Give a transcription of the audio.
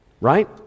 Right